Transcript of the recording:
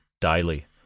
daily